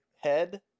head